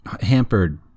hampered